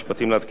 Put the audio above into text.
באישור הוועדה,